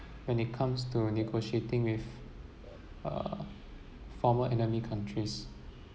when it comes to negotiating with uh former enemy countries